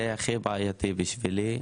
וזה הכי בעייתי בשבילי,